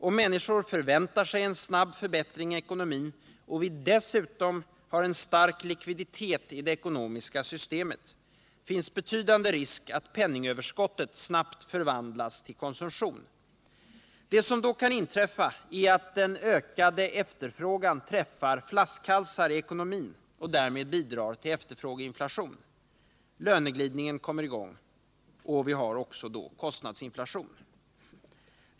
Om människor förväntar sig en snabb förbättring av ekonomin och vi dessutom har en stark likviditet i det ekonomiska systemet, finns betydande risk för att penningöverskottet snabbt förvandlas till konsumtion. Det som då kan inträffa är att den ökade efterfrågan träffar flaskhalsar i ekonomin och därmed bidrar till efterfrågeinflation. Löneglidningen kommer i gång, och vi har också en kostnadsinflation.